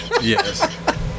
Yes